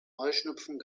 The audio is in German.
heuschnupfen